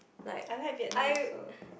I like Vietnam also